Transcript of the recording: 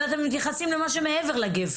אלא למה שמעבר לו.